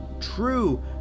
true